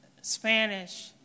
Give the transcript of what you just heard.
Spanish